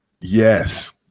Yes